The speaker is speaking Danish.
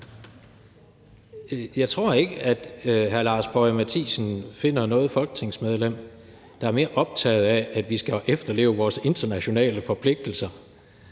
Jeg tror ikke, at hr. Lars Boje Mathiesen finder noget folketingsmedlem, der er mere optaget af, at vi skal efterleve vores internationale forpligtelser,